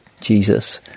Jesus